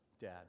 Dad